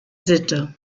sitte